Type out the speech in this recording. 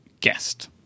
guest